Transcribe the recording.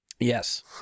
Yes